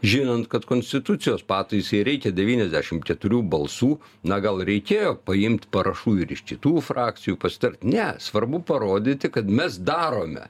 žinant kad konstitucijos pataisai reikia devyniasdešim keturių balsų na gal reikėjo paimt parašų ir iš kitų frakcijų pasitart ne svarbu parodyti kad mes darome